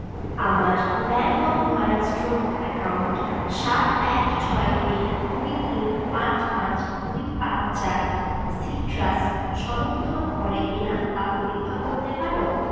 আমার bank of Maharashtra account সাত এক ছয় তিন দুই তিন পাঁচ পাঁচ দুই পাঁচ চার সিট্রাস সমর্থন করে কিনা তা পরীক্ষা করতে পার